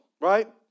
right